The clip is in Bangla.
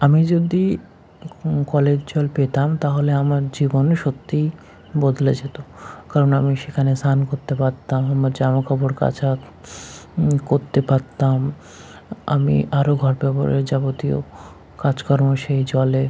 আমি যদি কলের জল পেতাম তাহলে আমার জীবন সত্যিই বদলে যেতো কারণ আমি সেখানে সান করতে পারতাম আমার জামা কাপড় কাচা করতে পারতাম আমি আরও ঘর ব্যবহারে যাবতীয় কাজকর্ম সেই জলে